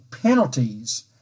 penalties